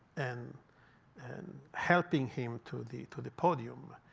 and and helping him to the to the podium,